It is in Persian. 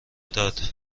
داد